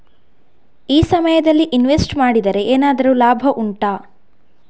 ಈ ಸಮಯದಲ್ಲಿ ಇನ್ವೆಸ್ಟ್ ಮಾಡಿದರೆ ಏನಾದರೂ ಲಾಭ ಉಂಟಾ